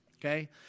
Okay